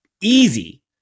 Easy